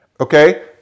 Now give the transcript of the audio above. Okay